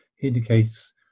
indicates